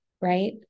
right